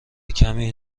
کمی